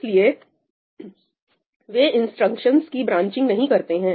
इसलिए वे इंस्ट्रक्शंस की ब्रांचिंग नहीं करते हैं